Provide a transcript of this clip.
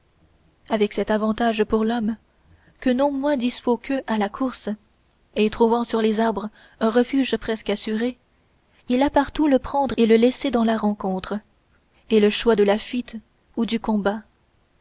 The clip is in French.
avec cet avantage pour l'homme que non moins dispos qu'eux à la course et trouvant sur les arbres un refuge presque assuré il a partout le prendre et le laisser dans la rencontre et le choix de la fuite ou du combat